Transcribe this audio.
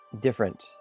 different